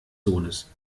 sohnes